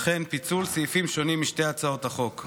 וכן פיצול סעיפים שונים משתי הצעות החוק.